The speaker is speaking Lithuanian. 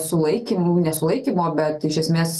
sulaikymų nesilaikymo bet iš esmės